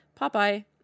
Popeye